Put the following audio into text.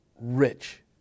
rich